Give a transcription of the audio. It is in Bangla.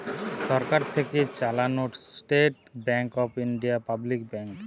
সরকার থেকে চালানো State Bank of India public bank